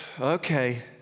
okay